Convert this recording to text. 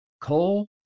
Coal